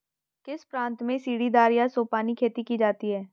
किस प्रांत में सीढ़ीदार या सोपानी खेती की जाती है?